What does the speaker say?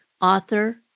author